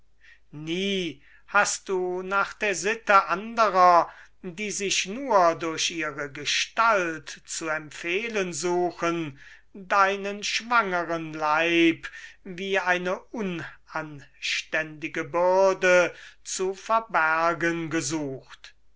nie hast du nach der sitte anderer die sich nur durch ihre gestalt zu empfehlen suchen deinen schwangeren leib wie eine unanständige bürde zu verbergen gesucht